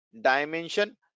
dimension